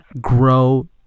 grow